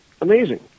Amazing